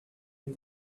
and